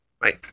right